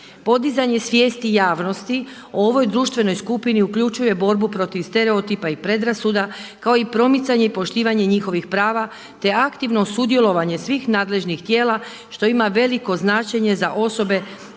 Podizanje svijesti javnosti o ovoj društvenoj skupini uključuje borbu protiv stereotipa i predrasuda kao i promicanje i poštivanje njihovih prava, te aktivno sudjelovanje svih nadležnih tijela što ima veliko značenje za osobe